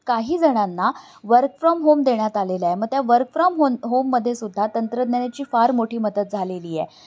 काही जणांना work from home देण्यात आलेलं आहे मग त्या वर्क फ्रॉम होन होममध्ये सुद्धा तंत्रज्ञानाची फार मोठी मदत झालेली आहे